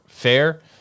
fair